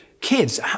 Kids